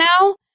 now